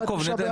יעקב,